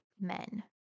men